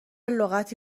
لغتی